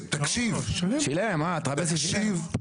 שילם, אה, טרבלסי שילם?